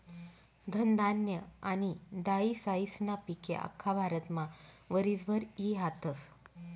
धनधान्य आनी दायीसायीस्ना पिके आख्खा भारतमा वरीसभर ई हातस